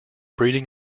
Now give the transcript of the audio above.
breeding